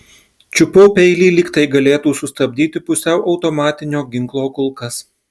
čiupau peilį lyg tai galėtų sustabdyti pusiau automatinio ginklo kulkas